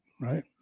Right